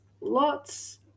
lots